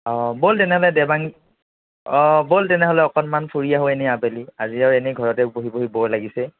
অ' ব'ল তেনেহ'লে দেবাং অ' ব'ল তেনেহ'লে অকণমান ফুৰি আহোঁ এনে আবেলি আজি আৰু এনেই ঘৰতে বহি বহি ব'ৰ লাগিছে